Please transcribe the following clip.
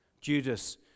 Judas